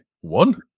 One